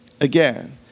again